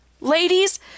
Ladies